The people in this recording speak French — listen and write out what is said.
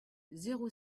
zéro